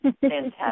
Fantastic